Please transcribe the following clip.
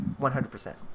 100%